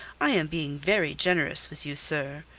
i am being very generous with you, sir.